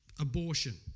Abortion